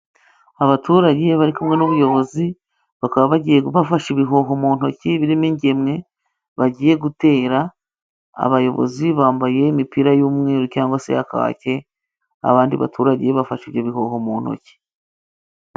Abaturage bari kumwe n'ubuyobozi, bakaba bafasha ibihoho mu ntoki birimo ingemwe bagiye gutera, abayobozi bambaye imipira y'umweru cyangwa se ya kake, abandi baturage bafashe ibyo bihoho mu ntoki.